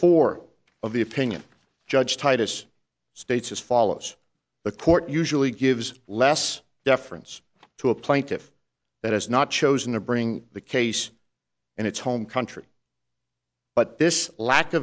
four of the opinion judge titus states as follows the court usually gives less deference to a plaintiff that has not chosen to bring the case and its home country but this lack